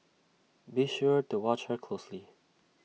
be sure to watch her closely